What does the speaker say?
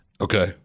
Okay